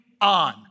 on